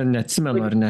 neatsimenu ar ne